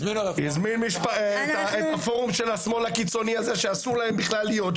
הזמין את הפורום של השמאל הקיצוני הזה שאסור להם בכלל להיות.